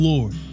Lord